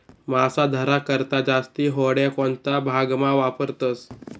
मासा धरा करता जास्ती होड्या कोणता भागमा वापरतस